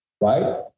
right